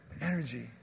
energy